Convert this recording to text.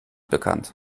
bekannt